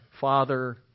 father